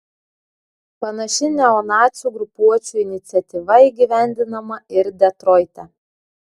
panaši neonacių grupuočių iniciatyva įgyvendinama ir detroite